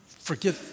Forget